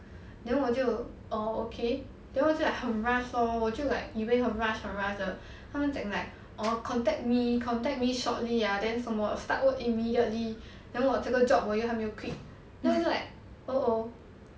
then 我就 err okay then 我就 like 很 rush lor 我就 like 以为很 rush 很 rush 的他们讲 like orh contact me contact me shortly ah then 什么 start work immediately then 我这个 job 我又还没又 quit then 我就 like oh oh